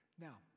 Now